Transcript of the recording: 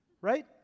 right